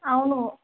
అవును